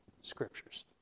Scriptures